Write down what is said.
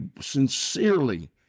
sincerely